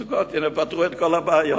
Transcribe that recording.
הנה, פתרו את כל הבעיות.